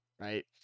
right